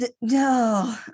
No